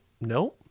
no